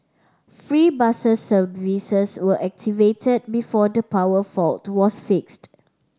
free bus services were activated before the power fault to was fixed